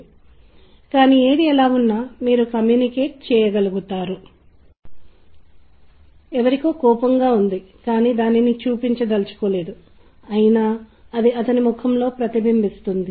వాస్తవానికి మనం అలాంటి అధ్యయనాలు చేసాము మరియు చాలా మంది ప్రజలు సంగీతాన్ని భక్తితో ముడిపెట్టినప్పుడు ప్రార్థనల ఆలయాలు దీపాలు లేదా పూజలు మరియు అనేక ఇతర వస్తువులతో వచ్చినట్లు కనుగొన్నాము